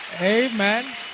Amen